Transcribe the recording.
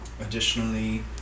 Additionally